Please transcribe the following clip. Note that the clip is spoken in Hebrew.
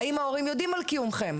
האם ההורים יודעים על קיומכם?